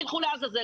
תלכו לעזאזל.